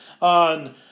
on